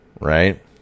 right